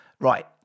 right